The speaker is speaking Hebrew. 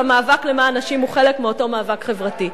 והמאבק למען נשים הוא חלק מאותו מאבק חברתי.